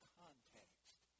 context